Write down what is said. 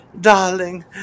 Darling